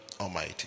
Almighty